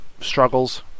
struggles